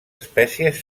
espècies